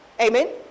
Amen